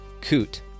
Coot